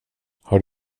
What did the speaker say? har